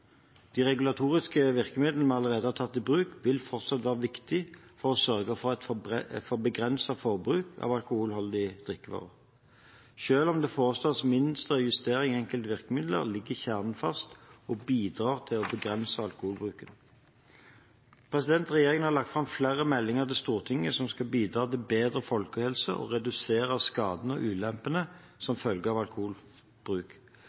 De regulatoriske virkemidlene vi allerede har tatt i bruk, vil fortsatt være viktige for å sørge for et begrenset forbruk av alkoholholdige drikkevarer. Selv om det foretas mindre justeringer i enkelte virkemidler, ligger kjernen fast og bidrar til å begrense alkoholbruken. Regjeringen har fremmet flere meldinger til Stortinget som skal bidra til å bedre folkehelsen og redusere skadene og ulempene